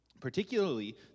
particularly